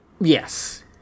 Yes